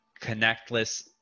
connectless